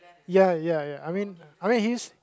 ya ya ya I mean I mean his